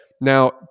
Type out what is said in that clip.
Now